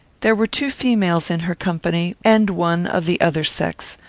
there were two females in her company, and one of the other sex,